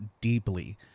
deeply